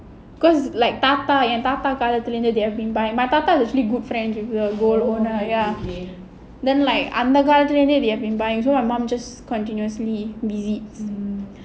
because like தாத்தா:thatha they have been buying என் தாத்தா காலத்துல இருந்தே:en thatha kaalathula irunthae is actually good friends with the gold owner ya then like அந்த காலத்துல இருந்தே: andha kaalathula irunthae they have been buying so my mum just continuously visits